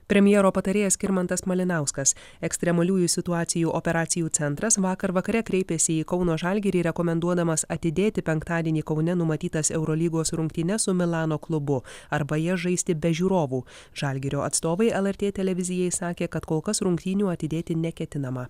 premjero patarėjas skirmantas malinauskas ekstremaliųjų situacijų operacijų centras vakar vakare kreipėsi į kauno žalgirį rekomenduodamas atidėti penktadienį kaune numatytas eurolygos rungtynes su milano klubu arba jas žaisti be žiūrovų žalgirio atstovai lrt televizijai sakė kad kol kas rungtynių atidėti neketinama